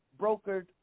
brokered